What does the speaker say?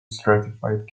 stratified